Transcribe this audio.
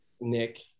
Nick